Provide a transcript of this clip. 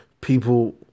People